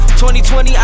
2020